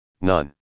none